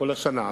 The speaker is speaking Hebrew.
כל השנה.